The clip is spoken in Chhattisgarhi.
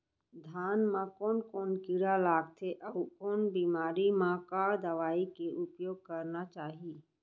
धान म कोन कोन कीड़ा लगथे अऊ कोन बेमारी म का दवई के उपयोग करना चाही?